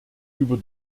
über